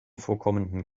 vorkommenden